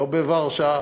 לא בוורשה,